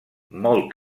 molt